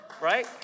Right